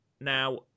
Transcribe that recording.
Now